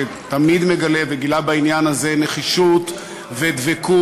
שתמיד מגלה וגילה בעניין הזה נחישות ודבקות,